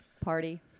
Party